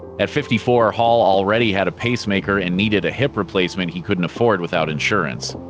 at fifty four, hall already had a pacemaker and needed a hip replacement he couldn't afford without insurance.